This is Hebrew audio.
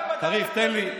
קריב, תן לי.